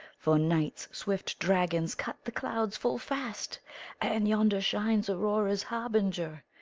for night's swift dragons cut the clouds full fast and yonder shines aurora's harbinger,